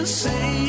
say